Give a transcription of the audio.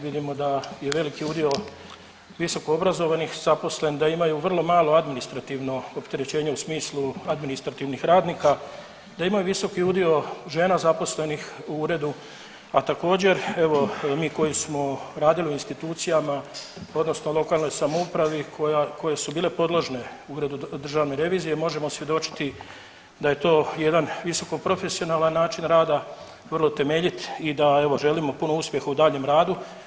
Vidimo da je veliki udio visokoobrazovanih zaposlen, da imaju vrlo malo administrativno opterećenje u smislu administrativnih radnika, da imaju visoki udio žena zaposlenih u uredu, a također mi evo koji smo radili u institucijama odnosno lokalnoj samoupravi koje su bile podložne državnoj reviziji možemo svjedočiti da je to jedan visokoprofesionalan način rada, vrlo temeljit i da evo želimo puno uspjeha u radu.